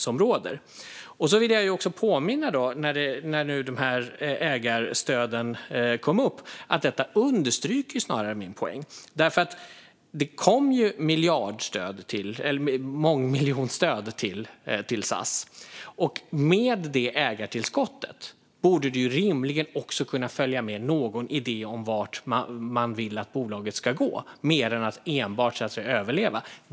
Jag vill påminna om att när frågan om ägarstöden kom upp underströk detta snarare min poäng. Det kom mångmiljonstöd till SAS. Med det ägartillskottet borde det rimligen följa med någon idé om vart bolaget ska gå, mer än att enbart överleva.